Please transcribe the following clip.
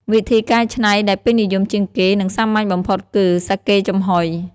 វិធីកែច្នៃដែលពេញនិយមជាងគេ និងសាមញ្ញបំផុតគឺ សាកេចំហុយ។